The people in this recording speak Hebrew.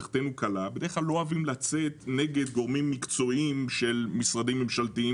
בדרך כלל לא אוהבים לצאת נגד גורמים מקצועיים של משרדי ממשלה,